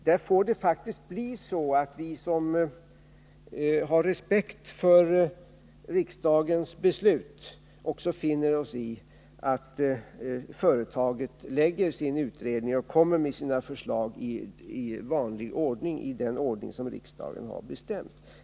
Här får det faktiskt bli så att vi som har respekt för riksdagens beslut också finner oss i att företaget lägger fram sin utredning och kommer med sina förslag i den ordning som riksdagen har bestämt.